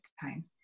time